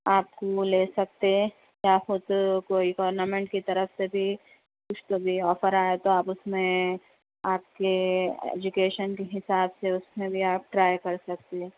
آپ کو لے سکتے ہے یا خود کوئی گورنمنٹ کی طرف سے بھی کچھ بھی آفر آئے تو آپ اس میں آپ کے ایجوکیشن کے حساب سے اس میں بھی آپ ٹرائی کر سکتے ہیں